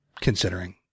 considering